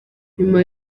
nyuma